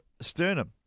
sternum